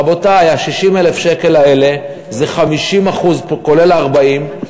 רבותי, 60,000 השקלים האלה, זה 50% כולל ה-40,000,